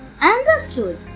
understood